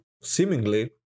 seemingly